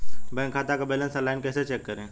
Bank खाते का balance online कैसे चेक करें?